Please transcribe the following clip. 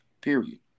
Period